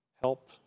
help